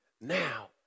Now